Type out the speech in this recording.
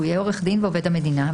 שהוא יהיה עורך דין ועובד המדינה,